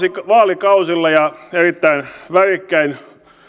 vaalikausilla ja erittäin värikkäin